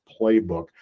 playbook